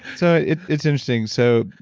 so it's it's interesting. so,